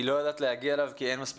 היא לא יודעת להגיע אליו כי אין מספיק